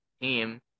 team